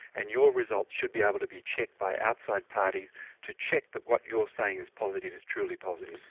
and your results should be able to be checked by outside parties to check that what you're saying is positive is truly positive.